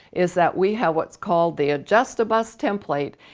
is that we have what's called the adjust-a-bust template.